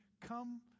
come